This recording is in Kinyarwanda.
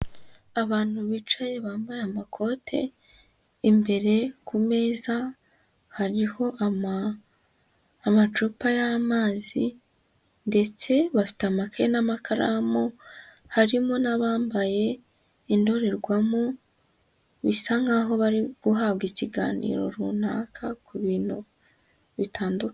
Abantu bicaye bambaye amakote, imbere ku meza hariho amacupa y'amazi ndetse bafite amakaye n'amakaramu, harimo n'abambaye indorerwamo, bisa nkaho bari guhabwa ikiganiro runaka ku bintu bitandukanye.